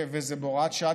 וזה בהוראת שעה,